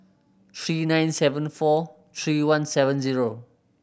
three nine seven four three one seven zero